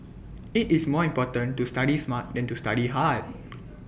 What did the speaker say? IT is more important to study smart than to study hard